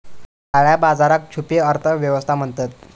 काळया बाजाराक छुपी अर्थ व्यवस्था म्हणतत